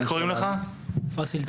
פאסיל,